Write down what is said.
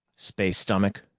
space-stomach?